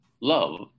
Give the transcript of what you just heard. love